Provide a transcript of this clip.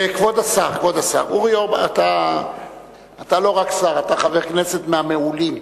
כבוד השר, אתה לא רק שר, אתה חבר כנסת מהמעולים.